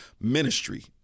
ministry